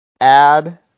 add